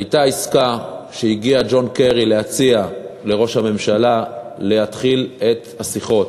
הייתה עסקה כשהגיע ג'ון קרי להציע לראש הממשלה להתחיל את השיחות: